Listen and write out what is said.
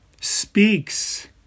speaks